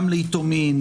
גם ליתומים,